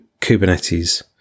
Kubernetes